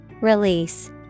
Release